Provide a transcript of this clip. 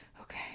Okay